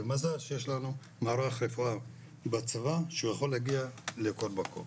אז מזל שיש לנו מערך רפואה בצבא שהוא יכול להגיע לכל מקום.